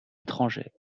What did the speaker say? étrangères